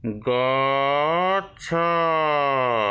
ଗଛ